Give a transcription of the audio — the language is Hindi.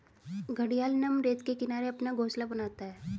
घड़ियाल नम रेत के किनारे अपना घोंसला बनाता है